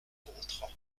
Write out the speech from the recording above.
contrats